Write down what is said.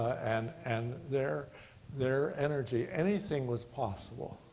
and and their their energy, anything was possible,